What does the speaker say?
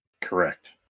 Correct